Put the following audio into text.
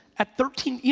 at thirteen,